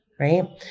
Right